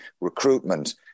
recruitment